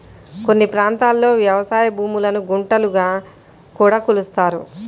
కొన్ని ప్రాంతాల్లో వ్యవసాయ భూములను గుంటలుగా కూడా కొలుస్తారు